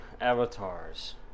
avatars